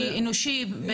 אנושי?